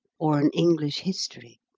or an english history.